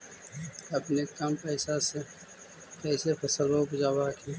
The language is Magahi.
अपने कम पैसा से कैसे फसलबा उपजाब हखिन?